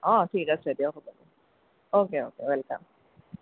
অ' ঠিক আছে দিয়ক হ'ব অ'কে অ'কে ওৱেলকাম